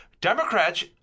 Democrats